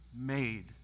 made